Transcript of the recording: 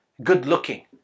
good-looking